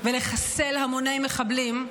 ולחסל המוני מחבלים.